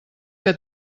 que